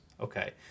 Okay